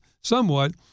somewhat